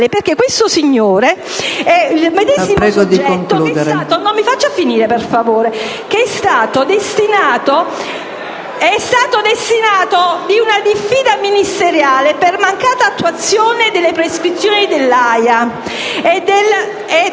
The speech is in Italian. che questo signore è stato destinatario di una diffida ministeriale per mancata attuazione delle prescrizioni dell'AIA e della